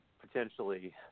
potentially